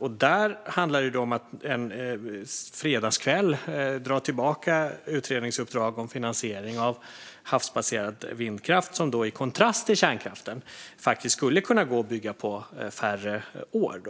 Där har det handlat om att en fredagskväll dra tillbaka utredningsuppdrag om finansiering av havsbaserad vindkraft, som i kontrast till kärnkraften faktiskt skulle kunna gå att bygga på färre år.